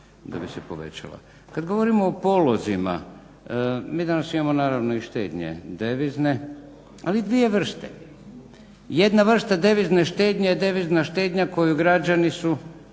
Kada govorimo o polozima mi danas imamo naravno i devizne štednje ali dvije vrste. Jedna vrsta devizne štednje je devizna štednja koju građani su